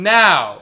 now